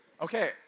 Okay